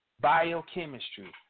biochemistry